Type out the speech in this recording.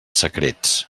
secrets